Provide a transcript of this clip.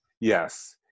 yes